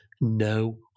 no